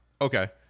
Okay